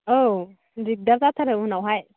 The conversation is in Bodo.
औ दिखदार जाथारो उनावहाय